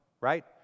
right